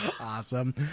Awesome